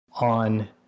on